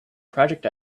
project